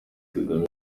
kagame